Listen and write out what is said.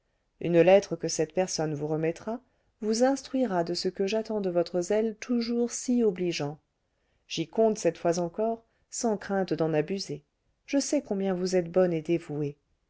une lettre que cette personne vous remettra vous instruira de ce que j'attends de votre zèle toujours si obligeant j'y compte cette fois encore sans crainte d'en abuser je sais combien vous êtes bonne et dévouée